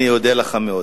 אני אודה לך מאוד.